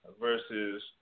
Versus